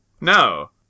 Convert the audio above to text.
No